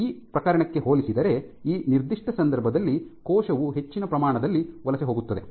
ಈ ಪ್ರಕರಣಕ್ಕೆ ಹೋಲಿಸಿದರೆ ಈ ನಿರ್ದಿಷ್ಟ ಸಂದರ್ಭದಲ್ಲಿ ಕೋಶವು ಹೆಚ್ಚಿನ ಪ್ರಮಾಣದಲ್ಲಿ ವಲಸೆ ಹೋಗುತ್ತದೆ